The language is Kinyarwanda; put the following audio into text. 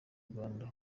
rwanda